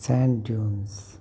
send ॾियूंन्स